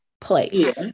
place